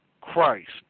Christ